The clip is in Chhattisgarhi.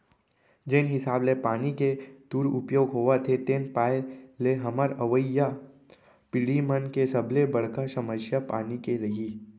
जेन हिसाब ले पानी के दुरउपयोग होवत हे तेन पाय ले हमर अवईया पीड़ही मन के सबले बड़का समस्या पानी के रइही